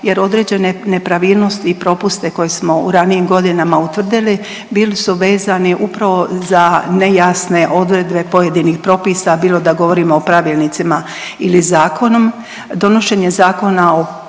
jer određene nepravilnost i propuste koje smo u ranijim godinama utvrdili bili su vezani upravo za nejasne odredbe pojedinih propisa, bilo da govorimo o pravilnicima ili zakonom. Donošenje Zakona o